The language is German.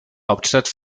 hauptstadt